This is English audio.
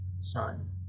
son